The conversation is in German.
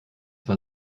war